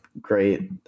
Great